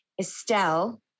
Estelle